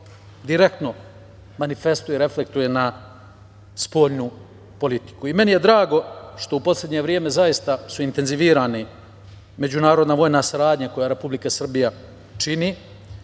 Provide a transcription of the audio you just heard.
direktno manifestuje, reflektuje na spoljnu politiku. Meni je drago što je u poslednje vreme zaista intenzivirana međunarodna vojna saradnja koju Republika Srbija čini